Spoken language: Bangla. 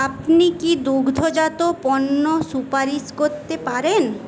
আপনি কি দুগ্ধজাত পণ্য সুপারিশ করতে পারেন